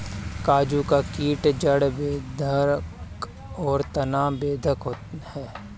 काजू का कीट जड़ बेधक और तना बेधक है